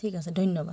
ঠিক আছে ধন্যবাদ